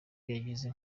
yagize